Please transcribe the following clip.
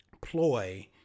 ploy